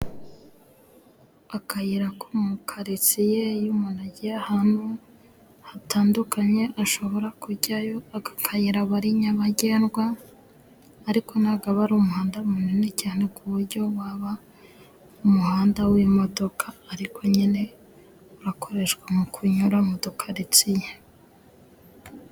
Akayira ko mu karitsiye iyo umuntu agiye ahantu hatandukanye ashobora kujyayo, aka akayira aba ari nyabagendwa, ariko ntabwo aba ari umuhanda munini cyane ku buryo waba umuhanda w'imodoka , ariko nyine urakoreshwa nko kunyura mu dukaritsiye.